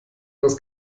das